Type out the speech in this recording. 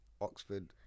oxford